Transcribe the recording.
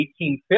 1850